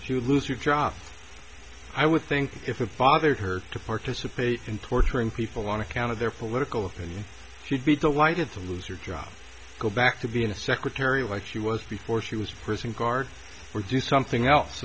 to lose your job i would think if it bothered her to participate in torturing people on account of their political opinions she'd be delighted to lose your job go back to being a secretary like she was before she was prison guard or do something else